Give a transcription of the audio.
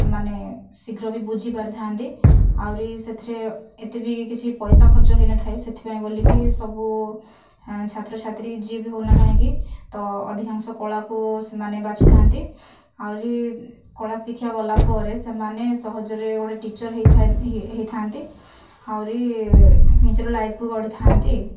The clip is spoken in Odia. ମାନେ ଶୀଘ୍ର ବି ବୁଝିପାରିଥାନ୍ତି ଆହୁରି ସେଥିରେ ଏତେବି କିଛି ପଇସା ଖର୍ଚ୍ଚ ହୋଇନଥାଏ ସେଥିପାଇଁ ବୋଲିକି ସେଥିପାଇଁ ସବୁ ଛାତ୍ରଛାତ୍ରୀ ଯିଏବି ହେଉନା କାହିଁକି ତ ଅଧିକାଂଶ କଳାକୁ ମାନେ ବାଛିଥାନ୍ତି ଆହୁରି କଳା ଶିଖିବା ଗଲା ପରେ ସେମାନେ ସହଜରେ ଗୋଟିଏ ଟିଚର ହୋଇଥାନ୍ତି ଆହୁରି ନିଜର ଲାଇଫକୁ ଗଢ଼ିଥାନ୍ତି